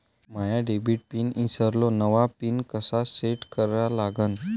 माया debit pin ईसरलो, नवा pin कसा सेट करा लागन?